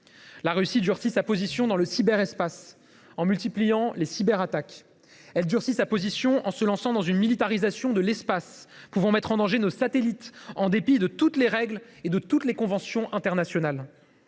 La Russie durcit sa position dans le cyberespace, en lançant des cyberattaques de plus en plus nombreuses. Elle durcit sa position en se lançant dans une militarisation de l’espace qui peut mettre en danger nos satellites, en dépit de toutes les règles et de toutes les conventions internationales.